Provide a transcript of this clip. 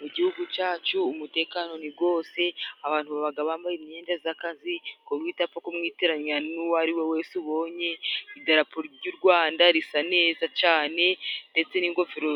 Mu gihugu cacu umutekano ni gwose, abantu babaga bambaye imyenda z'akazi kuburyo utapfa kumwitiranya n'uwo ariwe wese ubonye, idarapo ry'u Rwanda risa neza cane ndetse n'ingofero